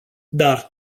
dar